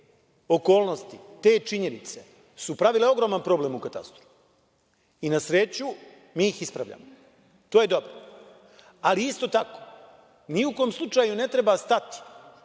okolnosti, te činjenice su pravile ogroman problem u katastru. I na sreću, mi ih ispravljamo. To je dobro. Ali, isto tako, ni u kom slučaju ne treba stati